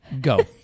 go